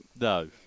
no